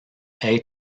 être